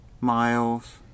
Miles